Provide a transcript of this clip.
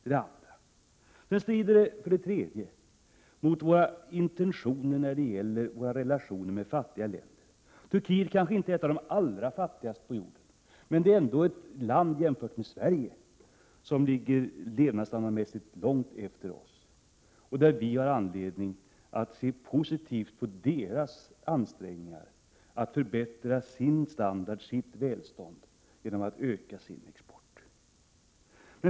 För det tredje strider den här politiken mot våra intentioner när det gäller våra relationer med fattiga länder. Turkiet kanske inte är ett av de allra fattigaste länderna, men det är ändå ett land som levnadsstandardmässigt ligger långt efter Sverige. Vi har anledning att se positivt på Turkiets ansträngningar att förbättra sin standard och sin välfärd genom att öka sin export.